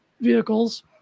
vehicles